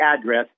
address